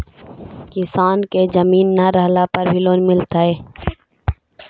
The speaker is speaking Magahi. किसान के जमीन न रहला पर भी लोन मिलतइ?